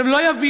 אם הם לא יבינו,